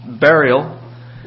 burial